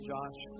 Josh